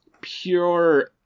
pure